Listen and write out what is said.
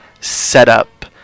setup